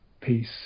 peace